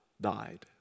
died